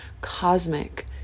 cosmic